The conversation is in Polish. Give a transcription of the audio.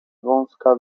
wąska